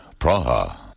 Praha